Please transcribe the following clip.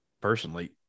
Personally